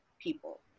people